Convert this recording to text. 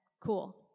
cool